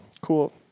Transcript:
cool